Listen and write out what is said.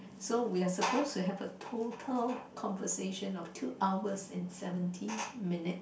so we are supposed to have a total conversation of two hours and seventeen minutes